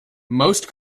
most